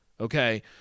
okay